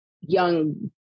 young